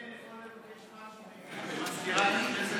העבודה,